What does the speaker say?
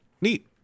neat